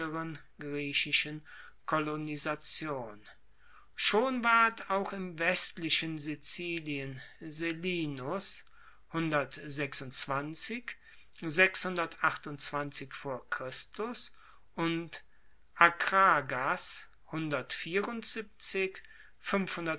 griechischen kolonisation schon ward auch im westlichen sizilien se und akragas